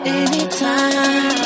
anytime